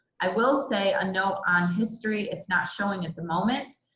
i will say a note on history. it's not showing at the moment,